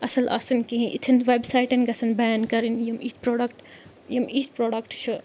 اَصٕل آسان کِہیٖنۍ اِتھٮ۪ن وٮ۪بسایٹَن گژھن بین کَرٕنۍ یِم اِتھۍ پرٛوڈَکٹہٕ یِم اِتھۍ پرٛوڈَکٹہٕ چھِ